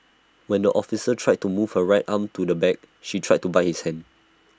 when the officer tried to move her right arm to the back she tried to bite his hand